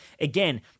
Again